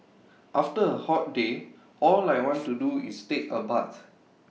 after A hot day all I want to do is take A bath